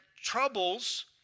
troubles